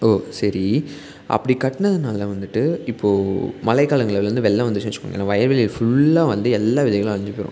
இப்போது சரி அப்படி கட்டினதுனால வந்துட்டு இப்போது மலைக்காலங்களில் வந்து வெள்ளம் வந்துச்சினு வச்சிக்கோங்களேன் வயவெளியில் ஃபுல்லாக வந்து எல்லா விதைகளும் அழிந்து போயிடும்